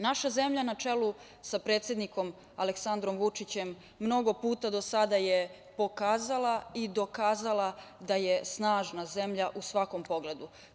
Naša zemlja na čelu sa predsednikom Aleksandrom Vučićem mnogo puta do sada je pokazala i dokazala da je snažna zemlja u svakom pogledu.